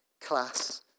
class